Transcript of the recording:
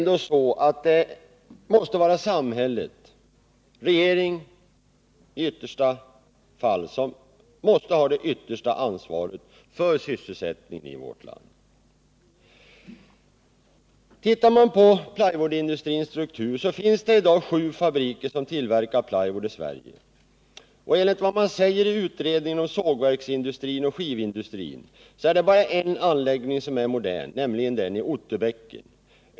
Det måste vara samhället, och regeringen i sista hand, som skall ha det yttersta ansvaret för sysselsättningen i vårt land. Ser man på plywoodindustrins struktur kommer man fram till att det i dag finns sju fabriker som tillverkar plywood i Sverige. Enligt vad som sägs i utredningen om sågverksindustrin och skivindustrin är det bara en anläggning som är modern, nämligen den i Otterbäcken.